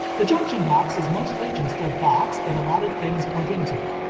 the junction box is mostly just a box that a lot of things plug into.